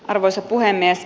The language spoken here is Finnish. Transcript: arvoisa puhemies